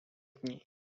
dni